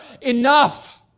enough